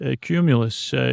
Cumulus